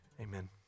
Amen